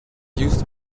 used